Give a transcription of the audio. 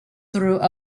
through